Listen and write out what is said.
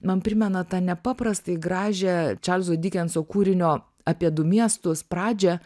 man primena tą nepaprastai gražią čarlzo dikenso kūrinio apie du miestus pradžią